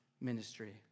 ministry